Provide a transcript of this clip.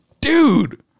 Dude